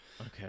Okay